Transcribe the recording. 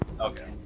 Okay